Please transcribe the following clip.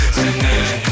tonight